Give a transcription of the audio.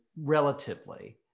relatively